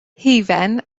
hufen